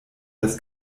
das